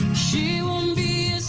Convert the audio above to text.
she will